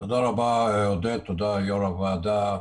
תודה רבה, עודד, תודה ליושב-ראש הוועדה.